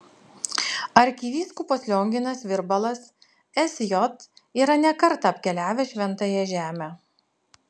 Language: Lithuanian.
arkivyskupas lionginas virbalas sj yra ne kartą apkeliavęs šventąją žemę